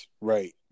Right